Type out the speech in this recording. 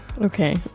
Okay